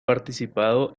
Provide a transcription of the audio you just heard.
participado